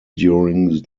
during